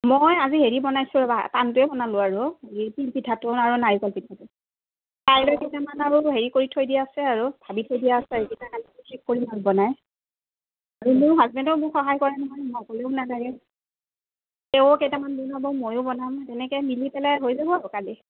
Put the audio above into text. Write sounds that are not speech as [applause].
মই আজি হেৰি বনাইছোঁ ৰ'বা টানটোৱেই বনালোঁ আৰু এই তিল পিঠাটো আৰু নাৰিকল পিঠাটো কাইলৈ কেইটামান আৰু হেৰি কৰি থৈ দিয়া আছে আৰু ভাবি থৈ দিয়া আছে আৰু [unintelligible] কৰিম আৰু বনাই আৰু মোৰ হাজবেণ্ডেও মোক সহায় কৰে নহয় মই অকলেও [unintelligible] তেওঁ কেটামান বনাব ময়ো বনাম তেনেকৈ মিলি পেলাই হৈ যাব আৰু কালি